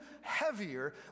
heavier